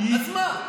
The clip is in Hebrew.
אז מה?